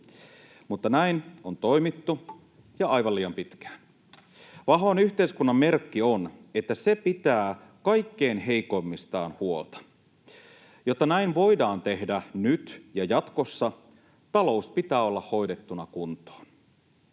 Mutta näin on toimittu ja aivan liian pitkään. Vahvan yhteiskunnan merkki on, että se pitää kaikkein heikoimmistaan huolta. Jotta näin voidaan tehdä nyt ja jatkossa, talous pitää olla hoidettuna kuntoon.